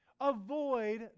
Avoid